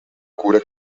cura